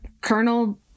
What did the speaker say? Colonel